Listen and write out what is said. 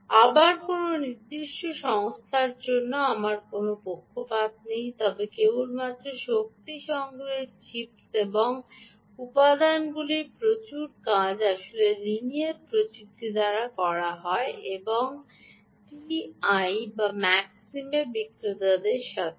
আবার কোনও নির্দিষ্ট সংস্থার জন্য আমার কোনও পক্ষপাত নেই তবে কেবলমাত্র শক্তি সংগ্রহের চিপস এবং উপাদানগুলির প্রচুর কাজ আসলে লিনিয়ার প্রযুক্তি দ্বারা করা হয় এবং তাই টিআই এবং ম্যাক্সিম এবং বিক্রেতাদের সাথেও